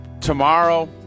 tomorrow